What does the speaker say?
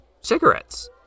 cigarettes